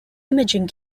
imaging